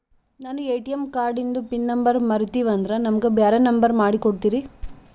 ನಾನು ಎ.ಟಿ.ಎಂ ಕಾರ್ಡಿಂದು pin number ಮರತೀವಂದ್ರ ನಮಗ ಬ್ಯಾರೆ ನಂಬರ್ ಮಾಡಿ ಕೊಡ್ತೀರಿ?